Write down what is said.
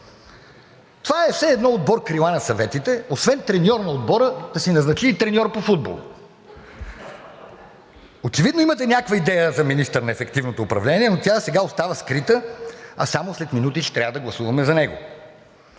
Това е все едно отбор „Крила на съветите“ освен треньор на отбора да си назначи и треньор по футбол. Очевидно имате някаква идея за министър на ефективното управление, но тя засега остава скрита, а само след минути ще трябва да гласуваме за него.